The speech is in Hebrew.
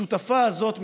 השותפה הזאת,